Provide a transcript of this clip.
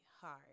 hard